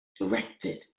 directed